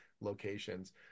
locations